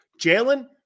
Jalen